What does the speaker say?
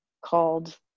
called